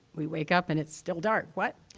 we wake up and it's still dark what!